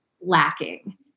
lacking